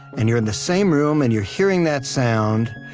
and you're in the same room and you're hearing that sound.